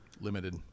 limited